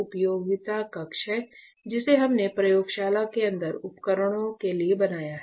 उपयोगिता कक्ष है जिसे हमने प्रयोगशाला के अंदर उपकरणों के लिए बनाया है